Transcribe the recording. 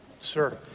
Sir